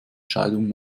scheidung